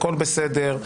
הכול בסדר.